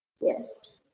Yes